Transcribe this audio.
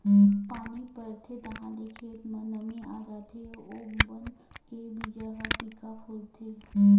पानी परथे ताहाँले खेत म नमी आ जाथे अउ ओ बन के बीजा ह पीका फोरथे